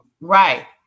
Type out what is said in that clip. Right